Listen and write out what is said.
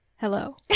Hello